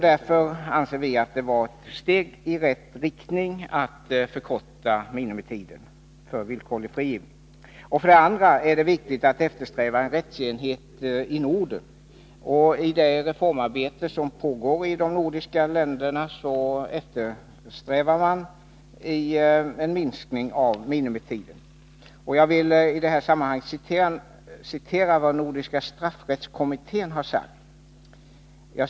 Därför anser vi att det är ett steg i rätt riktning att minimitiden för villkorlig frigivning förkortas. För det andra är det viktigt att eftersträva en rättsenhet i Norden. I det reformarbete som pågår i de nordiska länderna eftersträvas en minskning av minimitiden. Jag vill här referera vad som i SOU 1981:92 skrivs i en sammanfattning om nordiska straffrättskommitténs överväganden och förslag.